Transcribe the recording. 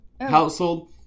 Household